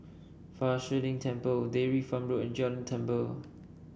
Fa Shi Lin Temple Dairy Farm Road and Jalan Tambur